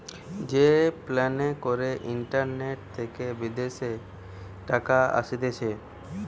pay প্যালে করে internet থেকে বিদেশের টাকা আসতিছে